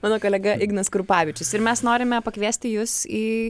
mano kolega ignas krupavičius ir mes norime pakviesti jus į